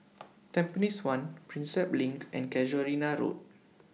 Tampines one Prinsep LINK and Casuarina Road